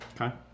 Okay